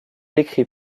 écrit